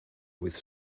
with